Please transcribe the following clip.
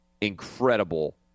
incredible